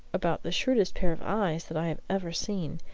about the shrewdest pair of eyes that i have ever seen,